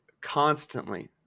constantly